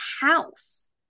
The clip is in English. house